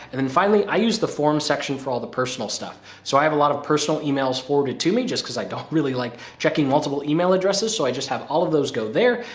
and then finally i use the form section for all the personal stuff. so, i have a lot of personal emails forwarded to me just cause i don't really like checking multiple email addresses. so, i just have all of those go there.